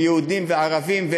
ויהודים וערבים,